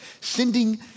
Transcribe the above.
Sending